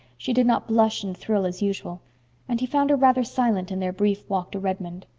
she did not blush and thrill as usual and he found her rather silent in their brief walk to redmond.